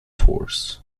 tours